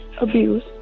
abuse